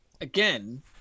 again